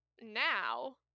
now